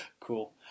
Cool